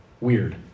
Weird